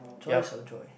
joyce or joy